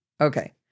Okay